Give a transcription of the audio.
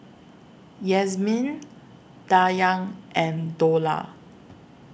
Yasmin Dayang and Dollah